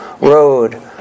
road